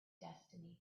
destiny